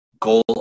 goal